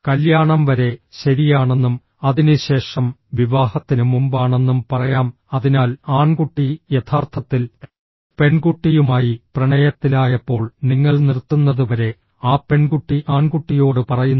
കല്യാണം വരെ ശരിയാണെന്നും അതിനുശേഷം വിവാഹത്തിന് മുമ്പാണെന്നും പറയാം അതിനാൽ ആൺകുട്ടി യഥാർത്ഥത്തിൽ പെൺകുട്ടിയുമായി പ്രണയത്തിലായപ്പോൾ നിങ്ങൾ നിർത്തുന്നതുവരെ ആ പെൺകുട്ടി ആൺകുട്ടിയോട് പറയുന്നു